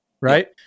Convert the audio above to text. right